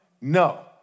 no